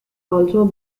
also